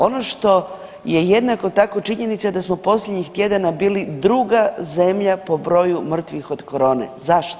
Ono što je jednako tako činjenica da smo posljednjih tjedana bili druga zemlja po broju mrtvih od korone, zašto?